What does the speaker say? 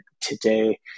today